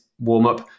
warm-up